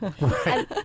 Right